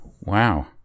wow